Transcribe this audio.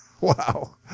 Wow